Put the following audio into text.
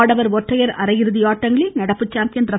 ஆடவர் ஒற்றையர் அரையிறுதியாட்டங்களில் நடப்பு சாம்பியன் ர